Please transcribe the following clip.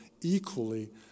equally